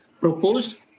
proposed